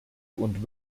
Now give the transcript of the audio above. und